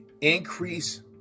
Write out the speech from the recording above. Increase